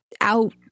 out